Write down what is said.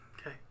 Okay